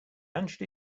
hunched